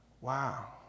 wow